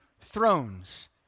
thrones